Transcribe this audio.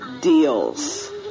deals